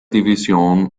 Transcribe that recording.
division